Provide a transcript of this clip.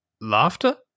laughter